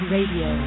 Radio